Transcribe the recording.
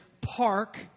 park